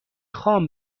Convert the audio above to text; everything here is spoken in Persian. خام